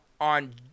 on